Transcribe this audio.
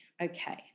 Okay